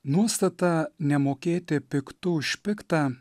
nuostata nemokėti piktu už pikta